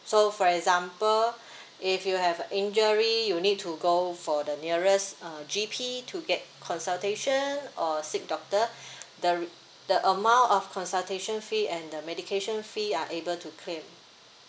so for example if you have a injury you need to go for the nearest uh G_P to get consultation or seek doctor the re~ the amount of consultation fee and the medication fee are able to claim